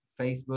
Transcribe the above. Facebook